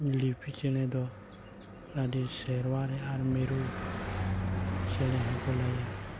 ᱞᱤᱯᱤ ᱪᱮᱬᱮᱫᱚ ᱟᱹᱰᱤ ᱥᱮᱨᱣᱟᱨᱮ ᱟᱨ ᱢᱤᱨᱩ ᱪᱮᱬᱮᱦᱚᱸ ᱠᱚ ᱞᱟᱹᱭᱟ